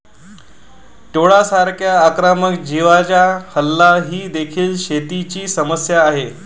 टोळांसारख्या आक्रमक जीवांचा हल्ला ही देखील शेतीची समस्या आहे